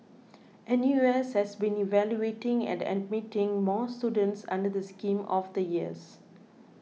N U S has been evaluating and admitting more students under the scheme over the years